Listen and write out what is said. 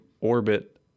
orbit